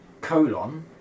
colon